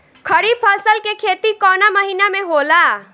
खरीफ फसल के खेती कवना महीना में होला?